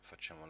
facciamo